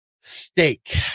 Steak